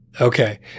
Okay